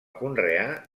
conrear